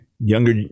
younger